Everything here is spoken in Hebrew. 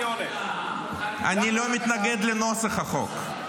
אני לא מתנגד לנוסח החוק,